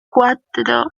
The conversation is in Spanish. cuatro